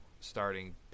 starting